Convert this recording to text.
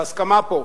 בהסכמה פה,